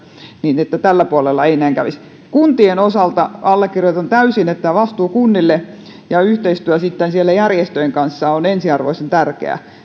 niin että tällä puolella ei näin kävisi kuntien osalta allekirjoitan täysin sen että vastuu kunnille ja yhteistyö siellä järjestöjen kanssa on sitten ensiarvoisen tärkeää